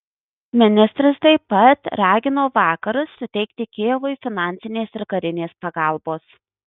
ministras taip pat ragino vakarus suteikti kijevui finansinės ir karinės pagalbos